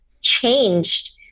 changed